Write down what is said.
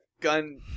Gun